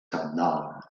cabdal